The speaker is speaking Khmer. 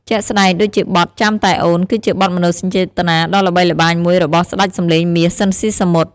ជាក់ស្តែងដូចជាបទ ចាំតែអូន គឺជាបទមនោសញ្ចេតនាដ៏ល្បីល្បាញមួយរបស់ស្តេចសម្លេងមាស ស៊ីន ស៊ីសាមុត ។